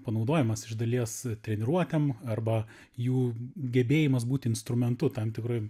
panaudojimas iš dalies treniruotėm arba jų gebėjimas būti instrumentu tam tikroj